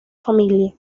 familia